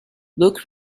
look